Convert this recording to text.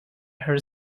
her